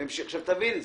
תביני,